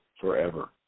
Forever